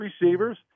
receivers